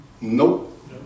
Nope